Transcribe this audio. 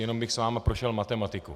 Jenom bych s vámi prošel matematiku.